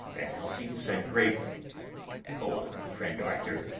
van helsing said gravely go on, friend arthur.